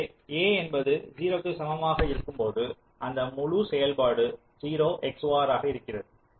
எனவே a என்பது 0 க்கு சமமாக இருக்கும் போது அந்த முழு செயல்பாடு 0 XOR ஆக இருக்கிறது